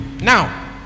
Now